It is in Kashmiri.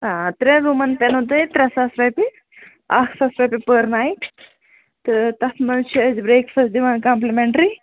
آ ترٛٮ۪ن روٗمَن پٮ۪نو تۄہہِ ترٛےٚ ساس رۄپیہِ اَکھ ساس رۄپیہِ پٔر نایِٹ تہٕ تَتھ منٛز چھِ أسۍ برٛٮ۪کفَس دِوان کَمپٕلِمٮ۪نٛٹرٛی